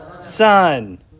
son